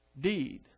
deed